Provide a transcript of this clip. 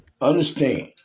understand